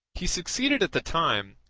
he succeeded at the time,